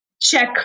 check